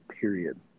period